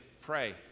pray